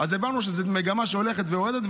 אז הבנו שזו מגמה שהולכת ויורדת.